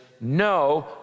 no